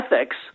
ethics